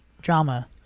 drama